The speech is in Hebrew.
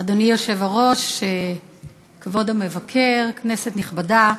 אדוני היושב-ראש, כבוד המבקר, כנסת נכבדה,